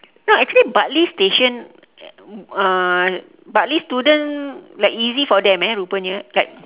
no actually bartley station uh bartley student like easy for them eh rupanya like